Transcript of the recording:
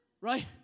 right